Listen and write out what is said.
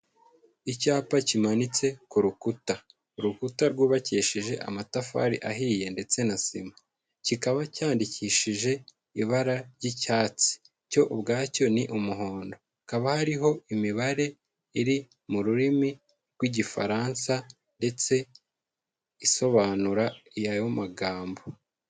Icyapa kimanitse ku rukuta, urukuta rwubakishije amatafari ahiye ndetse na sima. Kikaba cyandikishije ibara ry'icyatsi cyo ubwacyo ni umuhondo. Hakaba hariho imibare iri mu rurimi rw'Igifaransa ndetse isobanura ayo magambo.